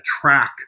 track